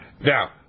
Now